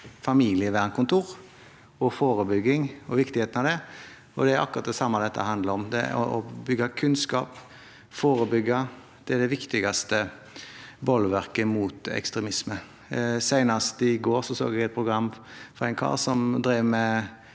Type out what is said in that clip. familievernkontor, om forebygging og viktigheten av det, og det er akkurat det samme dette handler om: Å bygge kunnskap og forebygge er det viktigste bolverket mot ekstremisme. Senest i går så jeg et program om en mann som drev med